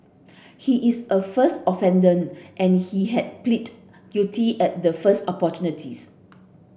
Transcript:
he is a first offender and he has pleaded guilty at the first opportunities